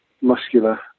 muscular